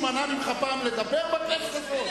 מישהו מנע ממך פעם לדבר בכנסת הזאת?